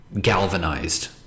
galvanized